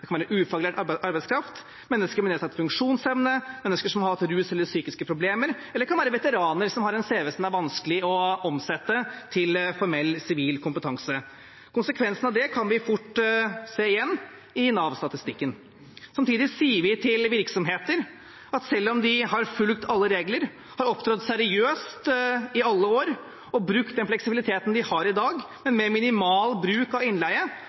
arbeidskraft, mennesker med nedsatt funksjonsevne, mennesker som har hatt rusproblemer eller psykiske problemer, eller veteraner med en cv som det er vanskelig å omsette til formell sivil kompetanse. Konsekvensene av det kan vi fort se igjen i Nav-statistikken. Samtidig sier vi til virksomheter at selv om de har fulgt alle regler, opptrådt seriøst i alle år og brukt fleksibiliteten de har i dag, men med minimal bruk av innleie,